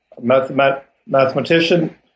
mathematician